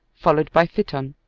followed by fitton.